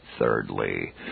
Thirdly